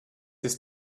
ist